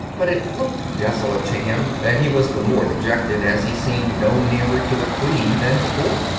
but it looked desolate to him, and he was the more de jected, as he seemed no nearer to the queen than before,